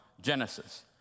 Genesis